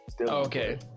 okay